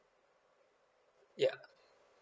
ya